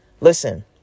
Listen